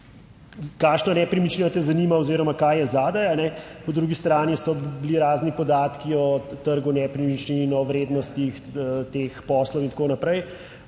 kaj je zadaj. Po drugi strani so bili razni podatki o trgu nepremičnin, o vrednostih teh poslov in tako naprej.